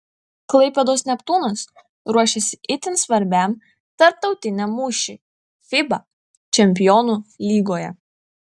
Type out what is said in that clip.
klaipėdos neptūnas ruošiasi itin svarbiam tarptautiniam mūšiui fiba čempionų lygoje